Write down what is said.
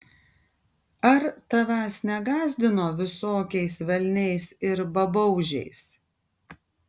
ar tavęs negąsdino visokiais velniais ir babaužiais